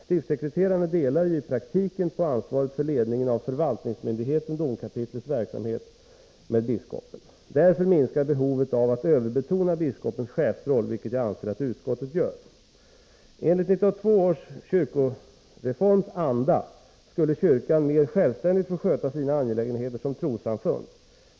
Stiftssekreterarna delar ju i praktiken på ansvaret för ledningen av förvaltningsmyndigheten domkapitlets verksamhet med biskopen. Därför minskar behovet av att överbetona biskopens chefsroll — vilket jag anser att utskottet gör. Enligt 1982 års kyrkoreforms anda skulle kyrkan mer självständigt få sköta sina angelägenheter som trossamfund.